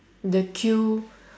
the Q